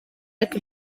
ariko